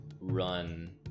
run